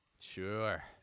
Sure